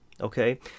Okay